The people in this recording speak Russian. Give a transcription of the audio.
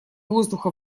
воздуха